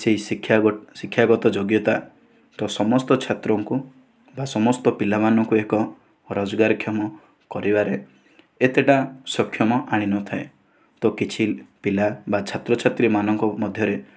ସେହି ଶିକ୍ଷା ଶିକ୍ଷାଗତ ଯୋଗ୍ୟତା ତ ସମସ୍ତ ଛାତ୍ରଙ୍କୁ ବା ସମସ୍ତ ପିଲାମାନଙ୍କୁ ଏକ ରୋଜଗାର କ୍ଷମ କରିବାରେ ଏତେଟା ସକ୍ଷମ ଆଣିନଥାଏ ତ କିଛି ପିଲା ବା ଛାତ୍ରଛାତ୍ରୀ ମାନଙ୍କ ମଧ୍ୟରେ